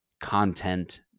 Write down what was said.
content